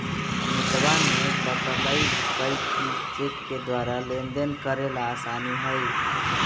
अमितवा ने बतल कई कि चेक के द्वारा लेनदेन करे ला आसान हई